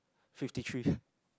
fifty three